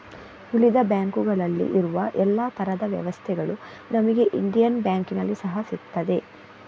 ಉಳಿದ ಬ್ಯಾಂಕುಗಳಲ್ಲಿ ಇರುವ ಎಲ್ಲಾ ತರದ ವ್ಯವಸ್ಥೆಗಳು ನಮಿಗೆ ಇಂಡಿಯನ್ ಬ್ಯಾಂಕಿನಲ್ಲಿ ಸಹಾ ಸಿಗ್ತದೆ